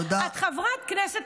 תודה.